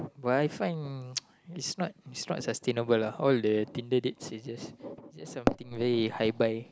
will I find it's not it's not sustainable lah all the Tinder dates is just just something very hi bye